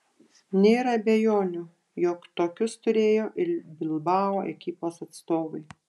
nėra abejonių jog tokius turėjo ir bilbao ekipos atstovai